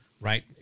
right